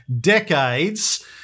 decades